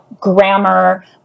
grammar